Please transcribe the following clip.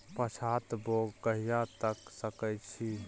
पछात बौग कहिया तक के सकै छी?